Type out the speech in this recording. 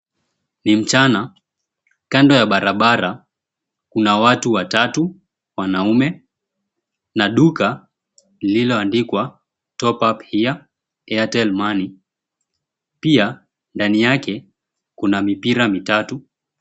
Ni mchana. Kando ya barabara, kuna watu watatu wanaume, na duka lililoandikwa 'Top up here, Airtel Money'. Pia ndani yake kuna mipira mitatu.